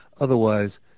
otherwise